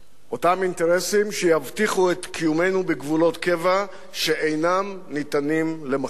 אותם אינטרסים שיבטיחו את קיומנו בגבולות קבע שאינם ניתנים למחלוקת.